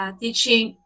teaching